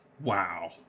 Wow